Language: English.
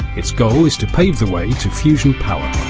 its goal is to pave the way to fusion power.